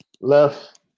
left